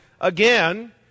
again